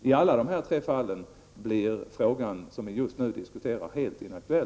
I alla dessa tre fall blir, såvitt jag kan förstå, frågan som vi just nu diskuterar helt inaktuell.